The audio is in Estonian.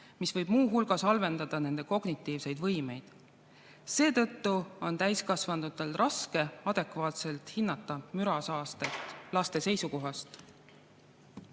mis võib muu hulgas halvendada nende kognitiivseid võimeid. Seetõttu on täiskasvanutel raske adekvaatselt hinnata mürasaastet laste seisukohast.